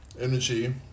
energy